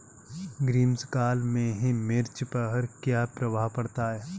ग्रीष्म काल में मिर्च पर क्या प्रभाव पड़ता है?